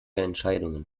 entscheidungen